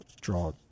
draw